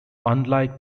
unlike